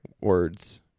words